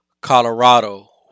Colorado